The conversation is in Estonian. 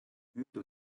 müüdud